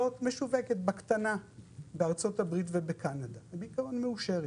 זה משווק בקטן בארצות הברית ובקנדה ובעיקרון הוא מאושר.